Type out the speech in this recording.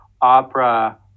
opera